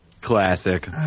Classic